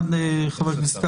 חבר הכנסת קרעי,